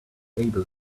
able